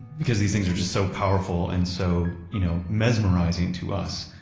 because these things are just so powerful and so you know mesmerizing to us.